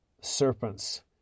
serpents